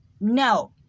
No